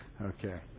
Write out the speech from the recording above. Okay